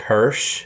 Kirsch